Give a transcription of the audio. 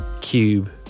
cube